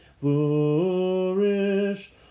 flourish